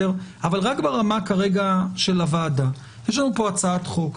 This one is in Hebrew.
אבל רק ברמה של הוועדה, יש לנו פה הצעת חוק.